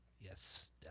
Yes